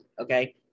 okay